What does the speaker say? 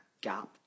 gap